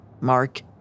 Mark